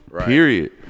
period